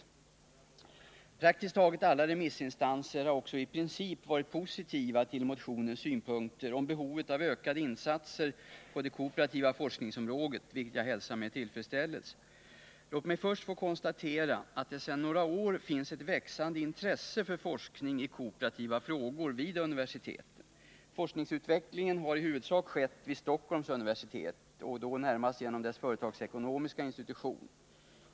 Nr 49 Praktiskt taget alla remissinstanser har också i princip varit positiva till motionens synpunkter på behovet av ökade insatser på det kooperativa forskningsområdet, vilket jag hälsar med tillfredsställelse. Låt mig st få konstatera att det sedan några år finns ett växande intresse för forskning i kooperativa frågor vid universiteten. Forskningsutvecklingen har skett i huvudsak vid Stockholms universitet och närmast genom dess företagsekonomiska institution.